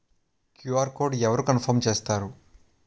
QR code అవరు confirm చేస్తారు?